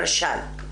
רשאי,